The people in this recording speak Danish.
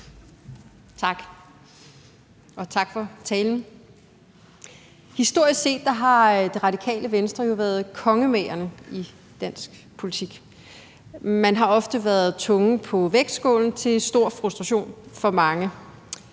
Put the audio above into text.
Tak. Og tak for talen. Historisk set har Det Radikale Venstre jo været kongemagerne i dansk politik. Man har ofte været tungen på vægtskålen til stor frustration for mange,